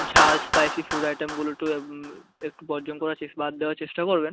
ঝাল spicy food আইটেমগুলো একটু একটু বর্জন করার চেষ বাদ দেওয়ার চেষ্টা করবেন